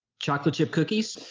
chocolate chip cookies.